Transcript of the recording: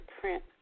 print